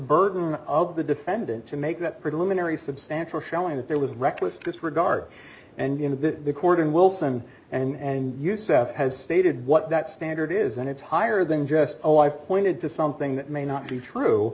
burden of the defendant to make that preliminary substantial showing that there was reckless disregard and in a bit the court and wilson and youssef has stated what that standard is and it's higher than just oh i've pointed to something that may not be true